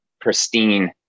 pristine